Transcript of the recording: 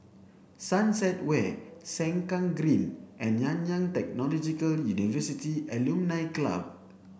Sunset Way Sengkang Green and Nanyang Technological University Alumni Club